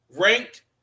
Ranked